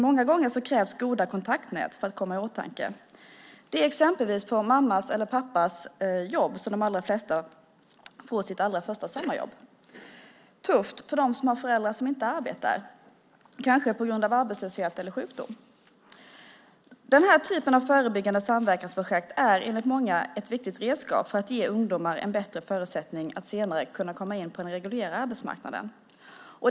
Många gånger krävs goda kontaktnät för att komma i åtanke. Det är exempelvis på mammas eller pappas jobb som de allra flesta får sitt allra första sommarjobb. Det är tufft för dem som har föräldrar som inte arbetar - kanske på grund av arbetslöshet eller sjukdom. Den här typen av förebyggande samverkansprojekt är enligt många ett viktigt redskap för att ge ungdomar bättre förutsättningar att senare komma in på den reguljära arbetsmarknaden.